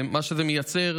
מה שזה מייצר,